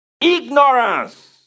Ignorance